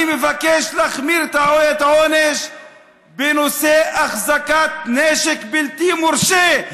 אני מבקש להחמיר את העונש בנושא החזקת נשק בלתי מורשה.